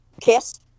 Kiss